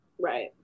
Right